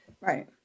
right